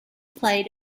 played